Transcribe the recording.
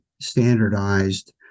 standardized